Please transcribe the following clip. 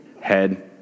head